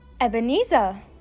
Ebenezer